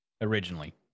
originally